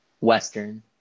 Western